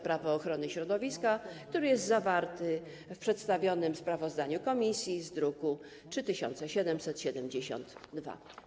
Prawo ochrony środowiska, który jest zawarty w przedstawionym sprawozdaniu komisji z druku nr 3772.